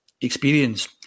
experience